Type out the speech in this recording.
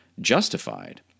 justified